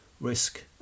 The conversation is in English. risk